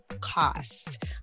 cost